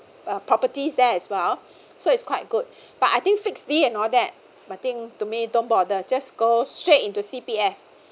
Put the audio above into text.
uh properties there as well so it's quite good but I think fixed d and all that I think to me don't bother just go straight into C_P_F